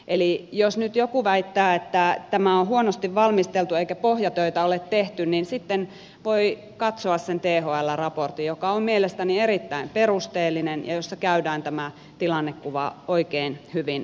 eli jos nyt joku väittää että tämä on huonosti valmisteltu eikä pohjatöitä ole tehty niin sitten voi katsoa sen thln raportin joka on mielestäni erittäin perusteellinen ja jossa käydään tämä tilannekuva oikein hyvin läpi